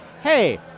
hey